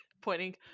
pointing